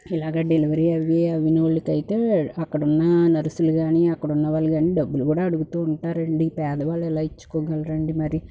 ఇలాగ డెలివరీ అవి అయిన వాళ్ళకైతే అక్కడున్న నర్సులు కాని అక్కడున్న వాళ్లు కాని డబ్బులు కూడా అడుగుతుంటారండి పేదవాళ్ళు ఎలా ఇచ్చుకోగలరు అండి మరి